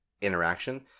interaction